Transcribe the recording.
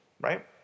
right